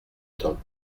temps